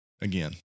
Again